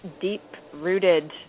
deep-rooted